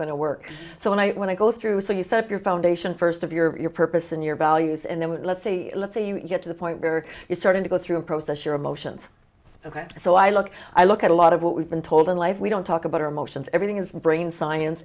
to work so when i when i go through so you set your foundation first of your purpose and your values and then let's say let's say you get to the point where it is starting to go through a process your emotions ok so i look i look at a lot of what we've been told in life we don't talk about our emotions everything is brain science